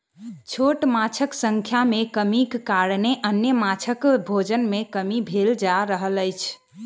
छोट माँछक संख्या मे कमीक कारणेँ अन्य माँछक भोजन मे कमी भेल जा रहल अछि